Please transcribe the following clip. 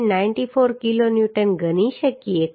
294 kilonewton ગણી શકીએ ખરું